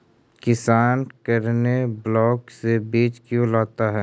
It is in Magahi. किसान करने ब्लाक से बीज क्यों लाता है?